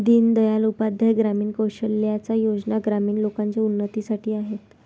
दीन दयाल उपाध्याय ग्रामीण कौशल्या योजना ग्रामीण लोकांच्या उन्नतीसाठी आहेत